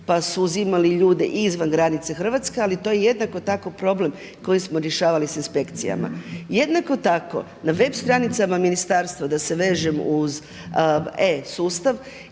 pa su uzimali ljude izvan granica Hrvatske, ali to je jednako tako problem koji smo rješavali sa inspekcijama. Jednako tako na web stranicama ministarstva da se vežem uz e-sustav